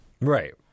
Right